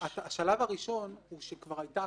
כי הרי על השלישי יש ויכוח.